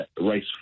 race